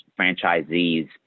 franchisees